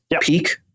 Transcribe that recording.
peak